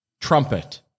trumpet